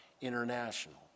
international